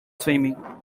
swimming